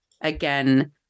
again